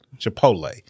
Chipotle